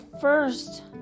first